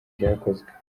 byakozwe